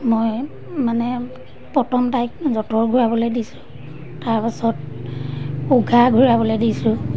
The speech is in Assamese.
মই মানে প্ৰথম তাইক যঁতৰ ঘূৰাবলৈ দিছোঁ তাৰপাছত উঘা ঘূৰাবলৈ দিছোঁ